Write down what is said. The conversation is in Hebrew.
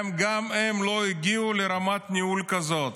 גם הם לא הגיעו לרמת ניהול כזאת.